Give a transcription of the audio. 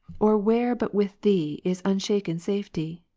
or where but with thee is unshaken safety?